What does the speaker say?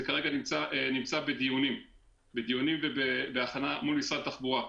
זה כרגע נמצא בדיונים והכנה מול משרד התחבורה.